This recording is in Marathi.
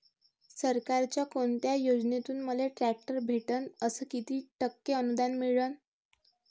सरकारच्या कोनत्या योजनेतून मले ट्रॅक्टर भेटन अस किती टक्के अनुदान मिळन?